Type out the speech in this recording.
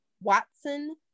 Watson